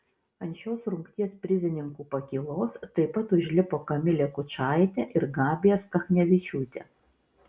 ant šios rungties prizininkų pakylos taip pat užlipo kamilė kučaitė ir gabija stachnevičiūtė